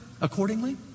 accordingly